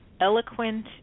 eloquent